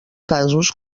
casos